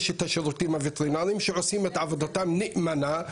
יש את השירותים הווטרינרים שעושים את עבודתם נאמנה,